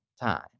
time